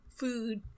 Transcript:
food